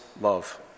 love